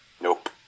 Nope